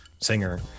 singer